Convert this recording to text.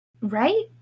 Right